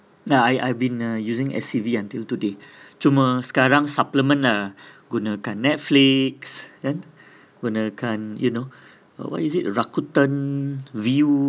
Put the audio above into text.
nah I I've been uh using S_C_V until today cuma sekarang supplement uh gunakan Netflix kan gunakan you know Rakuten View